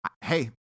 hey